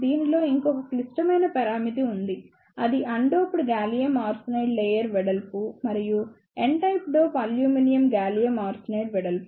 దీనిలో ఇంకొక క్లిష్టమైన పరామితి ఉంది ఇది అన్డోప్డ్ గాలియం ఆర్సెనైడ్ లేయర్ వెడల్పు మరియు n type dope aluminium gallium arsenide వెడల్పు